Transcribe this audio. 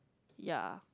ya